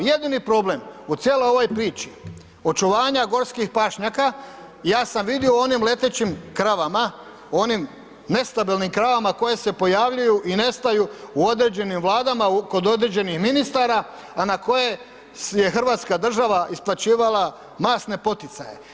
Jedini problem u cijeloj ovoj priči očuvanja gorskih pašnjaka, ja sam vidio u onim letećim kravama, onim nestabilnim kravama koje se pojavljuju i nestaju u određenim Vladama kod određenih ministara, a na koje je hrvatska država isplaćivala masne poticaje.